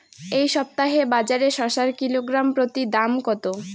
এই সপ্তাহে বাজারে শসার কিলোগ্রাম প্রতি দাম কত?